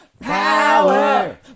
Power